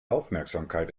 aufmerksamkeit